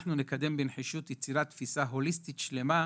אנחנו נקדם בנחישות יצירת תפיסה הוליסטית שלמה,